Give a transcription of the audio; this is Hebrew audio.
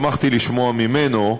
שמחתי לשמוע ממנו,